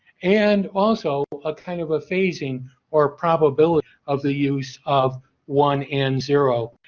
and, also a kind of a phasing or probability of the use of one and zero.